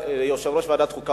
יושב-ראש ועדת החוקה,